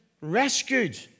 rescued